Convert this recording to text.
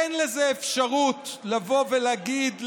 אין אפשרות לבוא ולהגיד לאנשים: